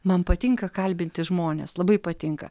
man patinka kalbinti žmones labai patinka